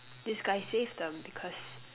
this guy saved them because